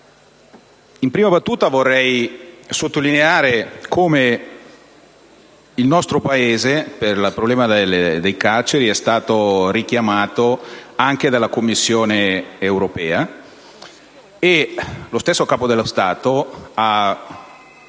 in prima battuta vorrei sottolineare che il nostro Paese per il problema delle carceri è stato richiamato anche dalla Commissione europea, e lo stesso Capo dello Stato ha voluto